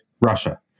Russia